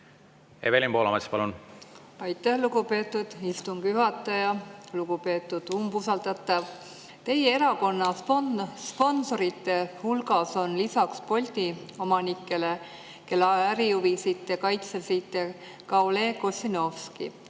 Evelin Poolamets, palun! Aitäh, lugupeetud istungi juhataja! Lugupeetud umbusaldatav! Teie erakonna sponsorite hulgas on lisaks Bolti omanikele, kelle ärihuvisid te kaitsesite, ka Oleg Ossinovski.